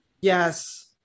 Yes